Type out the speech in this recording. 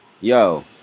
Yo